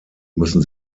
müssen